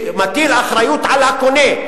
הוא מטיל אחריות על הקונה,